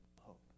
hope